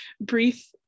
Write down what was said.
brief